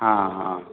हँ हँ